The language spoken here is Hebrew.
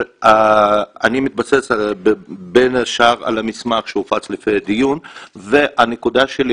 אני מתבסס בין השאר על המסמך שהופץ לפני הדיון והנקודה שלי